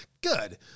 Good